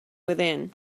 within